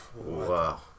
Wow